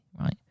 right